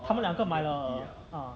他们两个买了